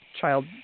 child